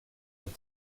with